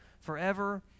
forever